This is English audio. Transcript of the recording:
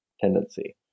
tendency